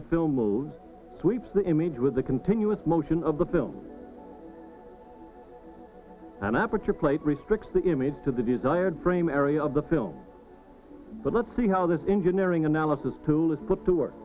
the film mode sweeps the image with the continuous motion of the film and aperture plate restricts the image to the desired frame area of the film but let's see how this engineering analysis tool is put to work